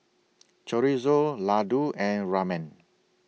Chorizo Ladoo and Ramen